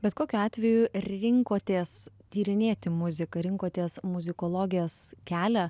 bet kokiu atveju rinkotės tyrinėti muziką rinkotės muzikologijos kelią